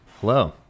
Hello